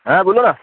ہاں بولو نا